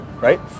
right